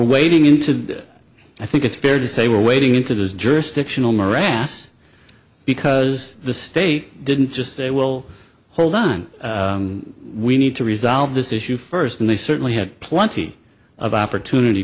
awaiting him to i think it's fair to say we're waiting into his jurisdictional morass because the state didn't just say we'll hold on we need to resolve this issue first and they certainly had plenty of opportunity